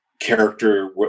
character